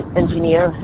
engineer